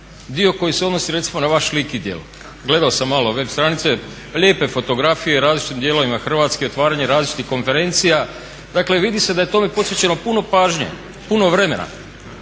dio koji se odnosi recimo na vaš lik i djelo. Gledao sam malo web stranice, lijepe fotografije, različitim dijelovima Hrvatske otvaranje različitih konferencija. Dakle, vidi se da je tome posvećeno puno pažnje, puno vremena,